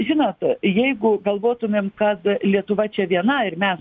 žinot jeigu galvotumėm kad lietuva čia viena ir mes